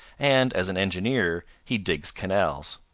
and as an engineer he digs canals.